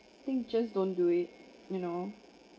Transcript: think just don't do it you know